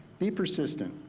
be persistent.